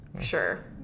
Sure